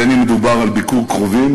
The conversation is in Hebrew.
בין שמדובר על ביקור קרובים,